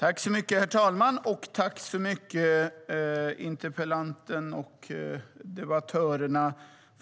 Herr talman! Tack så mycket, interpellanten och debattörerna!